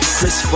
Chris